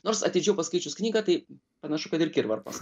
nors atidžiau paskaičius knygą tai panašu kad ir kirvarpos